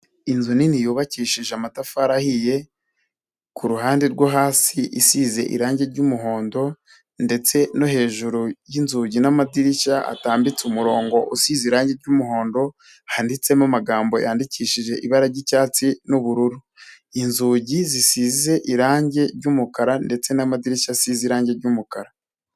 Inzu nini yubakishije amatafari ahiye, ku ruhande rwo hasi isize irangi ry'umuhondo ndetse no hejuru y'inzugi n'amadirishya hatambitse umurongo usize irangi ry'umuhondo, handitsemo amagambo yandikishije ibara ry'icyatsi n'ubururu. Inzugi zisize irangi ry'umukara ndetse n'amadirishya asize irangi ry'umukara.